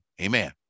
amen